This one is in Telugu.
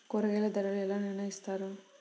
కూరగాయల ధరలు ఎలా నిర్ణయిస్తారు?